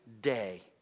day